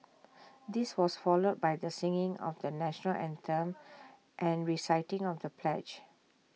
this was followed by the singing of the National Anthem and reciting of the pledge